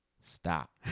Stop